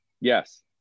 Yes